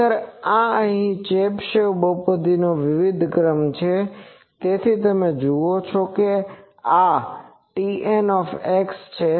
ખરેખર આ અહીં ચેબીશેવ બહુવિધનો વિવિધ ક્રમ છે તેથી તમે જુઓ કે આ Tn છે